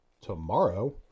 tomorrow